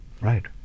Right